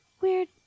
weird